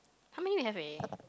how many we have already